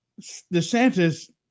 DeSantis